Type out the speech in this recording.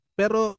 pero